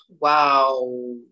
Wow